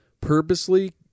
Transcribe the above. purposely